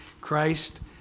Christ